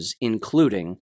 including